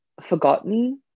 forgotten